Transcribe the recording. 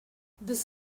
this